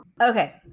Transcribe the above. Okay